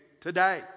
today